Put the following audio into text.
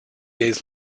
days